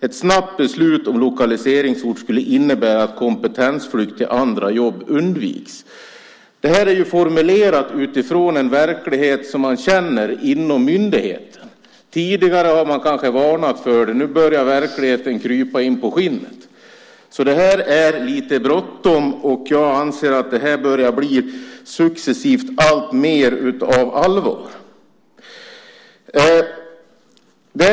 Ett snabbt beslut om lokaliseringsort skulle innebära att kompetensflytt till andra jobb undviks. Detta är formulerat utifrån en verklighet som man känner inom myndigheten. Tidigare har man kanske varnat för detta, men nu börjar verkligheten krypa in på skinnet. Det här är lite bråttom, och jag anser att det successivt börjar bli alltmer allvarligt.